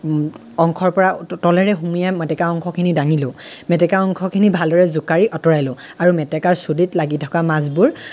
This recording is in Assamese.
অংশৰ পৰা তলেৰে সুমিয়াই মেটেকা অংশখিনি দাঙিলো মেটেকা অংশখিনি ভালদৰে জোকাৰি আঁতৰাই লওঁ আৰু মেটেকাৰ চুলিত লাগি থকা মাছবোৰ